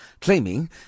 claiming